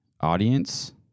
Audience